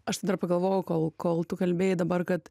aš tai dar pagalvojau kol kol tu kalbėjai dabar kad